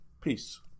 Peace